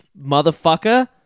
motherfucker